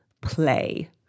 play